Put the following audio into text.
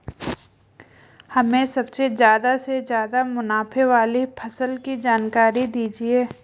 हमें सबसे ज़्यादा से ज़्यादा मुनाफे वाली फसल की जानकारी दीजिए